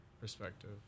perspective